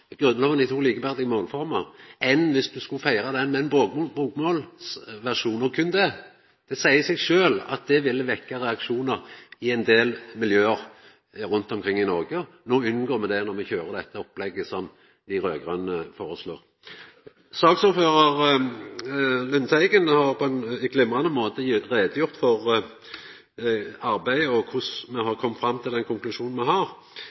feira den med ein bokmålsversjon – og berre det. Det seier seg sjølv at det ville vekkja reaksjonar i ein del miljø rundt omkring i Noreg. Når me køyrer dette opplegget som dei raud-grøne foreslår, så unngår me det. Saksordførar Lundteigen har på ein glimrande måte gjort greie for arbeidet og for korleis me har kome fram til den konklusjonen me har.